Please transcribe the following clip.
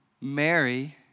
Mary